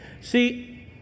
See